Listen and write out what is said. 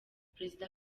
perezida